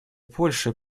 польши